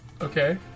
okay